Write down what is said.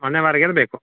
ಮನೆವಾರ್ಗೇದು ಬೇಕು